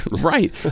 Right